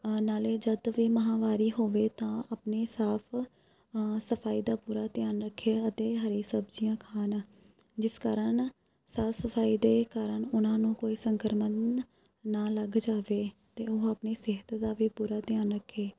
ਨਾਲੇ ਜਦ ਵੀ ਮਹਾਂਵਾਰੀ ਹੋਵੇ ਤਾਂ ਆਪਣੀ ਸਾਫ ਸਫਾਈ ਦਾ ਪੂਰਾ ਧਿਆਨ ਰੱਖਿਆ ਅਤੇ ਹਰੀ ਸਬਜ਼ੀਆਂ ਖਾਣ ਜਿਸ ਕਾਰਨ ਸਾਫ ਸਫਾਈ ਦੇ ਕਾਰਨ ਉਹਨਾਂ ਨੂੰ ਕੋਈ ਸੰਕਰਮਣ ਨਾ ਲੱਗ ਜਾਵੇ ਅਤੇ ਉਹ ਆਪਣੀ ਸਿਹਤ ਦਾ ਵੀ ਪੂਰਾ ਧਿਆਨ ਰੱਖੇ